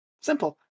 Simple